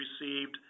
received